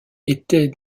était